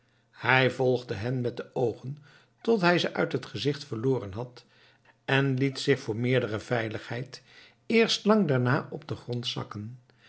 hij volgde hen met de oogen tot hij ze uit t gezicht verloren had en liet zich voor meerdere veiligheid eerst lang daarna op den grond zakken